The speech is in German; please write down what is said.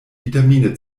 vitamine